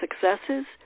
successes